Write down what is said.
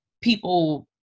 people